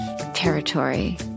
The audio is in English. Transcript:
territory